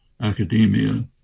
academia